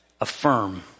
affirm